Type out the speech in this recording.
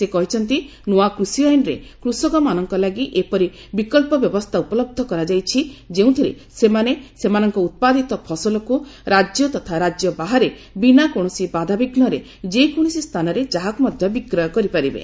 ସେ କହିଛନ୍ତି ନୂଆ କୃଷି ଆଇନରେ କୃଷକମାନଙ୍କ ଲାଗି ଏପରି ବିକଳ୍ପ ବ୍ୟବସ୍ଥା ଉପଲହ୍ଧ କରାଯାଇଛି ଯେଉଁଥିରେ ସେମାନେ ସେମାନଙ୍କ ଉତ୍ପାଦିତ ଫସଲକୁ ରାଜ୍ୟ ତଥା ରାଜ୍ୟ ବାହାରେ ବିନା କୌଣସି ବାଧାବିଘ୍ନରେ ଯେକୌଣସି ସ୍ଥାନରେ ଯାହାକୁ ମଧ୍ୟ ବିକ୍ରୟ କରିପାରିବେ